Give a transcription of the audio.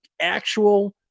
actual